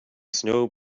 snow